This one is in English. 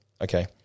okay